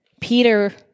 Peter